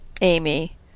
Amy